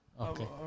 Okay